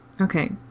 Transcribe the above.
okay